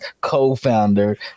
co-founder